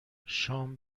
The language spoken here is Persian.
شام